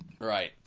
Right